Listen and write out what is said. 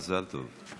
מזל טוב.